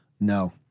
No